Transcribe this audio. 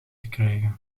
gekregen